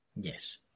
Yes